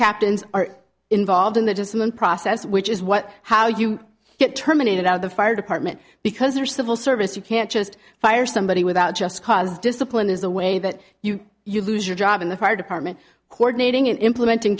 captains are involved in the just one process which is what how you get terminated out the fire department because they are civil service you can't just fire somebody without just cause discipline is a way that you you lose your job in the fire department coordinating in implementing